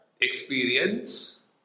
experience